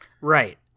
right